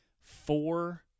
Four